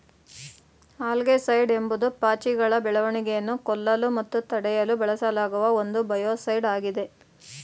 algaecide ಎಂಬುದು ಪಾಚಿಗಳ ಬೆಳವಣಿಗೆಯನ್ನು ಕೊಲ್ಲಲು ಮತ್ತು ತಡೆಯಲು ಬಳಸಲಾಗುವ ಒಂದು ಬಯೋಸೈಡ್ ಆಗಿದೆ